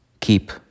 keep